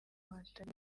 hatari